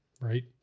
Right